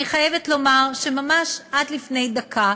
אני חייבת לומר שממש עד לפני דקה